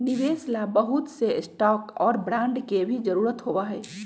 निवेश ला बहुत से स्टाक और बांड के भी जरूरत होबा हई